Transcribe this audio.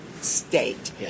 state